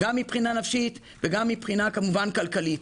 גם מבחינה נפשית וגם מבחינה כלכלית.